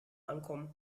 ankommen